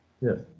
Yes